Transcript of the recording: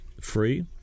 free